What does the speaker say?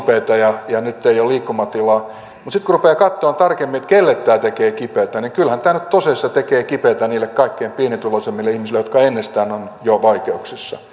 mutta sitten kun rupeaa katsomaan tarkemmin kenelle tämä tekee kipeätä niin kyllähän tämä nyt tosissaan tekee kipeätä niille kaikkein pienituloisimmille ihmisille jotka ennestään ovat jo vaikeuksissa